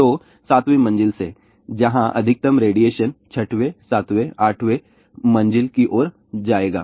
तो 7 वीं मंजिल से जहां अधिकतम रेडिएशन 6 7 8 मंजिल की ओर जाएगा